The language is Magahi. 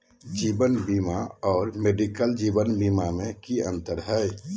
जीवन बीमा और मेडिकल जीवन बीमा में की अंतर है?